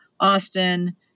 Austin